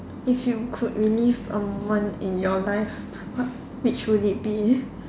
if you could relive a moment in your life what which would it be